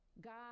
God